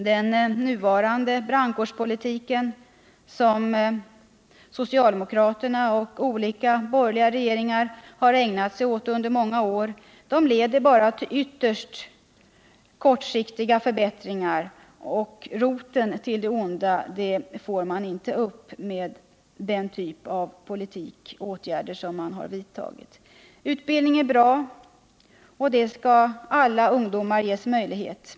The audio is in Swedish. Den nuvarande brandkårspolitik som socialdemokraterna och olika borgerliga regeringar ägnat sig åt under många år leder bara till ytterst kortsiktiga förbättringar — roten till det onda har man inte fått upp med den typ av politik man fört och med den typ av åtgärder man vidtagit. Utbildning är bra, och sådan skall alla ungdomar ges möjlighet till.